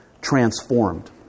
transformed